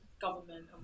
government